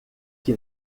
que